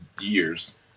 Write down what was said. years